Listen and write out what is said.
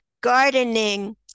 gardening